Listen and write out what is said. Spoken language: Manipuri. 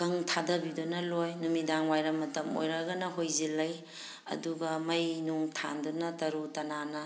ꯀꯪ ꯊꯥꯗꯕꯤꯗꯨꯅ ꯂꯣꯏ ꯅꯨꯃꯤꯗꯥꯡ ꯋꯥꯏꯔꯝ ꯃꯇꯝ ꯑꯣꯏꯔꯒꯅ ꯍꯣꯏꯖꯤꯜꯂꯤ ꯑꯗꯨꯒ ꯃꯩ ꯅꯨꯡ ꯊꯥꯟꯗꯨꯅ ꯇꯔꯨ ꯇꯅꯥꯟꯅ